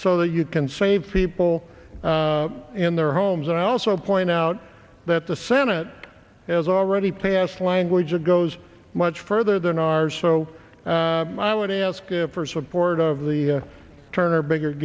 so that you can save people in their homes and i also point out that the senate has already passed language that goes much further than ours so i would ask for support of the turner bigger